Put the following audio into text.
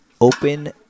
Open